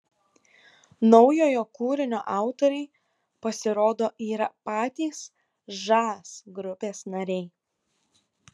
naujojo kūrinio autoriai pasirodo yra patys žas grupės nariai